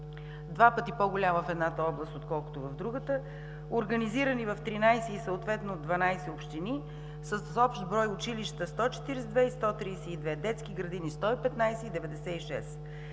два пъти по-голяма в едната област, отколкото в другата, организирани в 13 и съответно в 12 общини с общ брой училища 142 и 132, детски градини – 115 и 96.